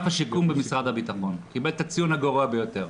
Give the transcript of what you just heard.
במשרד הבטחון קיבל את הציון הגרוע ביותר.